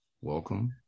welcome